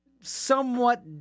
somewhat